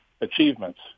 achievements